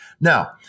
Now